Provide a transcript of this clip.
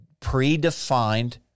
predefined